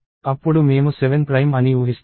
అప్పుడు మేము 7 ప్రైమ్ అని ఊహిస్తాము